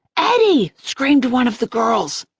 eddie! screamed one of the girls.